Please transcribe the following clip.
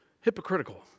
Hypocritical